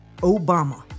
Obama